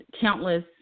countless